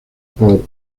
por